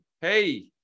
Hey